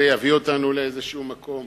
זה יביא אותנו לאיזה מקום?